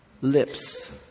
lips